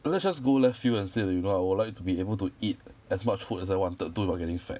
well let's just go left field and say that you know I would like to be able to eat as much food as I wanted to without getting fat